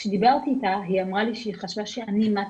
כשדיברתי איתה, היא אמרה לי שהיא חשבה שאני מתתי,